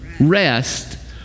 rest